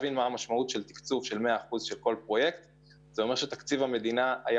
תקצוב במאה אחוז אומר שתקציב המדינה היה